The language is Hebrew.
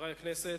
חברי הכנסת,